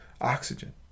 oxygen